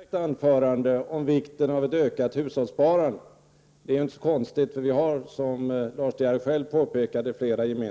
Herr talman! Lars De Geer höll ett utmärkt anförande om vikten av ett ökat hushållssparande. Det är inte så konstigt. Vi har ju, som Lars De Geer själv påpekade, flera reservationer